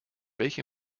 welche